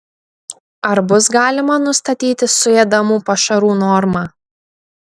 ar bus galima nustatyti suėdamų pašarų normą